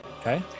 Okay